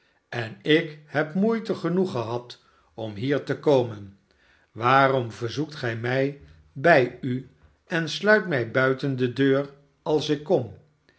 en ik heb moeite genoeg gehad om hier te komen waarom verzoekt gij mij bij u en sluit mij buiten de deur als ik kom